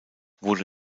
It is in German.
wurde